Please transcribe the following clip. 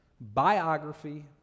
Biography